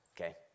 okay